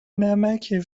نمکه